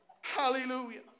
Hallelujah